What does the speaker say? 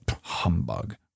Humbug